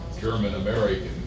German-American